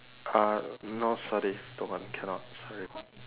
uh no sorry don't want cannot sorry